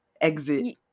exit